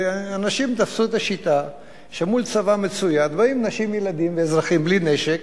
שאנשים תפסו את השיטה שמול צבא מצויד באים נשים וילדים ואזרחים בלי נשק,